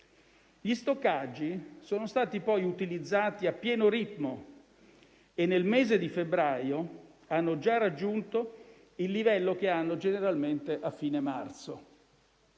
Gli stoccaggi sono stati poi utilizzati a pieno ritmo e nel mese di febbraio hanno già raggiunto il livello che hanno generalmente a fine marzo.